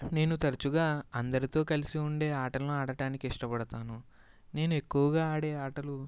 నేను తరచుగా అందరితో కలిసి ఉండే ఆటలు ఆడటానికి ఇష్ట పడతాను నేను ఎక్కువగా ఆడే ఆటలు